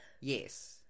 yes